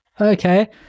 okay